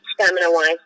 stamina-wise